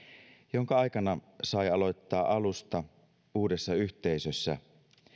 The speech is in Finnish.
jonka aikana sai aloittaa alusta uudessa yhteisössä